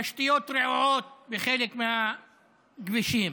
התשתיות רעועות בחלק מהכבישים,